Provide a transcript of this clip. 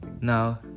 Now